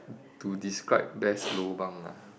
to describe best lobang ah